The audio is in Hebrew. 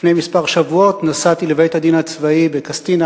לפני כמה שבועות נסעתי לבית-הדין בקסטינה